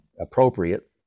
appropriate